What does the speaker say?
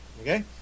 Okay